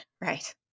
Right